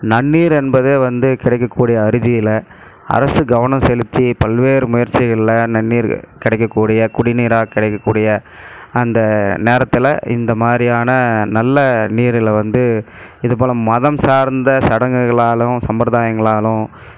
நன்னீர் என்பது வந்து கிடைக்கக்கூடிய அரிதில் அரசு கவனம் செலுத்தி பல்வேறு முயற்சிகளில் நன்னீர் கிடைக்கக்கூடிய குடிநீராக கிடைக்கக்கூடிய அந்த நேரத்தில் இந்தமாதிரியான நல்ல நீரில் வந்து இது போல் மதம் சார்ந்த சடங்குகளாலும் சம்பிரதாயங்களாலும்